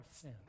sin